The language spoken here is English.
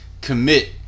commit